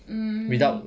mm